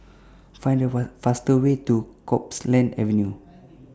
Find The fast Way to Copeland Avenue